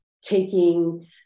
taking